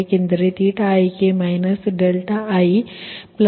ಏಕೆಂದರೆ ik ik ik